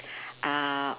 uh